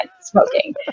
smoking